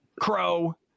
crow